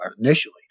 initially